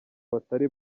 batari